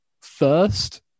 first